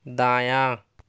دایاں